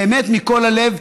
באמת מכל הלב.